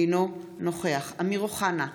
אינו נוכח אמיר אוחנה,